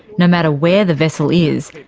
no matter where the vessel is,